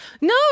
no